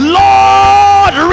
lord